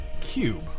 cube